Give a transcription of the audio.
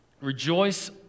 Rejoice